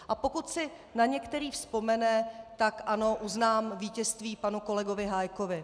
A pokud si na některý vzpomene, tak ano, uznám vítězství panu kolegovi Hájkovi.